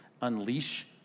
unleash